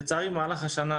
לצערי במהלך השנה,